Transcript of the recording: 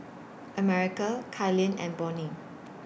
America Kailyn and Bonnie